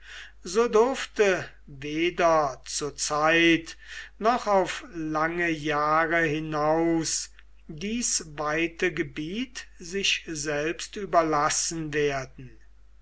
so durfte weder zur zeit noch auf lange jahre hinaus dies weite gebiet sich selbst überlassen werden